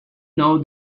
know